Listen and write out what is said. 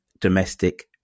domestic